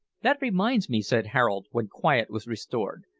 that reminds me, said harold, when quiet was restored,